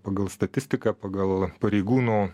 pagal statistiką pagal pareigūnų